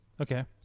Okay